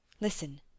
Listen